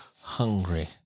hungry